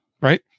right